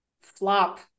flop